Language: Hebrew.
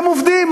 הם עובדים.